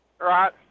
Right